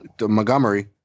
Montgomery